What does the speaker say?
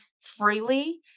freely